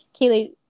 Kaylee